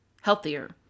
healthier